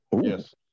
Yes